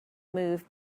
move